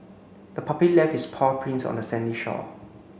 the puppy left its paw prints on the sandy shore